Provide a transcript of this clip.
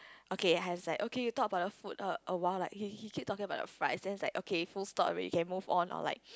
okay was like okay you talk about your food a a while like he he keep talking about the fries then is like okay full stop already can move on or like